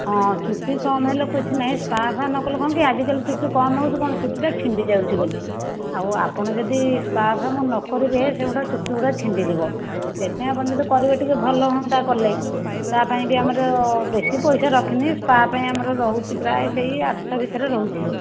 ହଁ ଚୁଟି କମ ହେଲେ କିଛି ନାହିଁ ସ୍ପା ଫା ନକଲେ କଣ କି ଆଜିକାଲି ଚୁଟି କାମ ହେଉଛି କଣ ଚୁଟି ଟା ଛିଣ୍ଡି ଯାଉଛି ବୋଲି ଆଉ ଆପଣ ଯଦି ସ୍ପା ଫା ନ କରିବେ ସେଗୁଡ଼ା ଚୁଟି ଗୁଡ଼ାକ ଛିଣ୍ଡିଯିବ ସେଥିପାଇଁ ଆପଣ ଯଦି କରିବେ ଭଲ ହୁଅନ୍ତା କଲେ ତା ପାଇଁ ବି ଆମର ବେଶି ପଇସା ରଖିନି ସ୍ପା ପାଇଁ ଆମର ରହୁଛି ପ୍ରାୟ ସେହି ଆଠ ଶହ ଭିତରେ ରହୁଛି